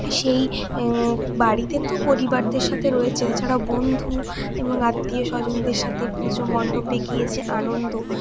সেই বাড়িতে তো পরিবারদের সাথে রয়েছে এছাড়াও বন্ধু এবং আত্মীয় স্বজনদের সাথে পুজোমন্ডপে গিয়ে যে আনন্দ